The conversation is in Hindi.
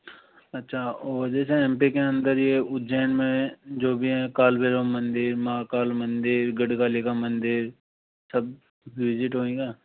अच्छा और जैसा एम पी के अंदर यह उज्जैन में जो भी हैं कालभैरव मंदिर महाकाल मंदिर गढ़गाली का मंदिर सब विजिट होगा